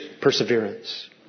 perseverance